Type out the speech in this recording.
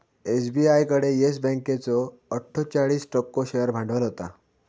SBI कडे Yes बँकेचो अट्ठोचाळीस टक्को शेअर भांडवल होता